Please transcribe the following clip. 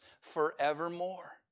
forevermore